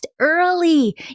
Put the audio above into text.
early